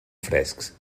frescs